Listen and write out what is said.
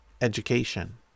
Education